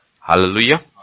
Hallelujah